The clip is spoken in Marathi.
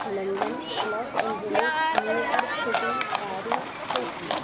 London Los Angeles New York city Paris Tokyo